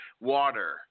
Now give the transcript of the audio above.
water